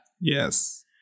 Yes